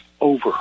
over